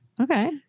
Okay